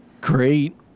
great